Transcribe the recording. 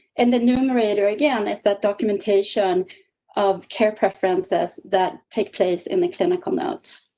and the numerator again is that documentation of care preferences that take place in the clinical notes.